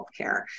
healthcare